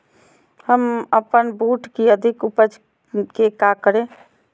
हम अपन बूट की अधिक उपज के क्या करे?